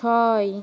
ছয়